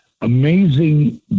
amazing